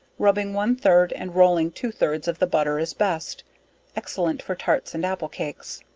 rubbing one third, and rolling two thirds of the butter is best excellent for tarts and apple cakes.